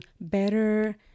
better